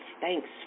thanks